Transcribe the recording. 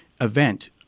Event